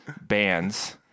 bands